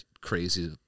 crazy